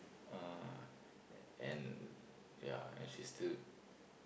uh and yeah and she still